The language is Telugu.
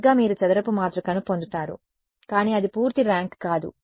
సరిగ్గా మీరు చదరపు మాతృకను పొందుతారు కానీ అది పూర్తి ర్యాంక్ కాదు